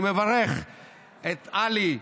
אני מברך את עלי,